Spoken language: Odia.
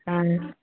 ହଁ